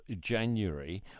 January